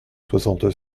soixante